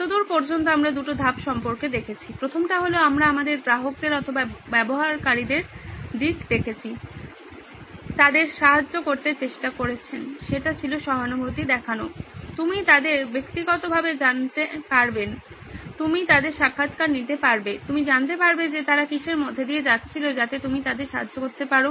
এতদূর পর্যন্ত আমরা দুটো ধাপ সম্পর্কে দেখেছি প্রথমটা হল আমরা আমাদের গ্রাহকদের অথবা ব্যবহারকারীদের দিক দেখেছি চাঁদে সাহায্য করতে চেষ্টা করেছেন সেটা ছিল সহানুভূতি দেখানো তুমি তাদের ব্যক্তিগতভাবে জানতে পারবেন তুমি তাদের সাক্ষাৎকার নিতে পারবে তুমি জানতে পারবে যে তারা কীসের মধ্যে দিয়ে যাচ্ছিল যাতে তুমি তাদের সাহায্য করতে পারো